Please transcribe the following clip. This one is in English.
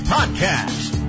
Podcast